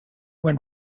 when